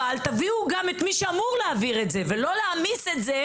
אבל תביאו גם את מי שאמור להעביר את זה ולא להעמיס את זה,